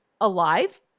alive